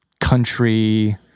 country